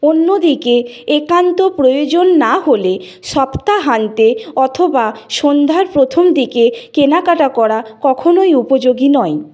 অন্যদিকে একান্ত প্রয়োজন না হলে সপ্তাহান্তে অথবা সন্ধ্যার প্রথম দিকে কেনাকাটা করা কখনোই উপযোগী নয়